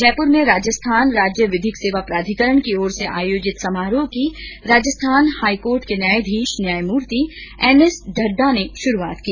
जयपुर में राजस्थान राज्य विधिक सेवा प्राधिकरण की ओर से आयोजित समारोह की राजस्थान हाईकोर्ट के न्यायाधीश न्यायमूर्ति एनएस ढदढा ने शुरुआत की